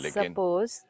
suppose